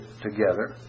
together